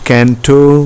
Canto